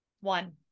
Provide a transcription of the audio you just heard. One